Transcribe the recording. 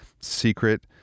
secret